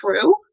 true